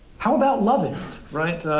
how about loveint, right?